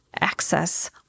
access